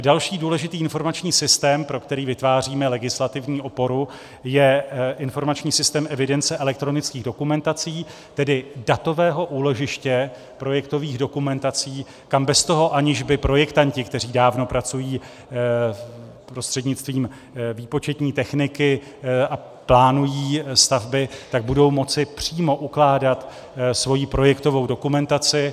Další důležitý informační systém, pro který vytváříme legislativní oporu, je informační systém evidence elektronických dokumentací, tedy datového úložiště projektových dokumentací, kam bez toho, aniž by projektanti, kteří dávno pracují prostřednictvím výpočetní techniky a plánují stavby, tak budou moci přímo ukládat svoji projektovou dokumentaci.